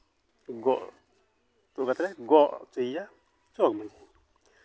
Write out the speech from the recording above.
ᱜᱚᱜ ᱠᱟᱛᱮᱫ ᱞᱮ ᱜᱚᱜ ᱦᱚᱪᱚᱭᱮᱭᱟ ᱡᱚᱜᱽ ᱢᱟᱺᱡᱷᱤ